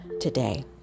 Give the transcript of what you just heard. today